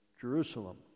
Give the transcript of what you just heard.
Jerusalem